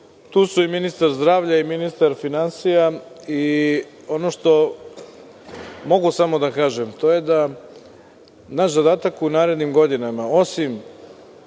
Tu su i ministar zdravlja i ministar finansija. Ono što mogu samo da kažem je to da je naš zadatak u narednim godinama, osim